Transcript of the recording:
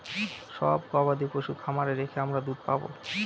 সব গবাদি পশু খামারে রেখে আমরা দুধ পাবো